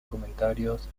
comentarios